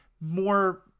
more